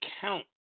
count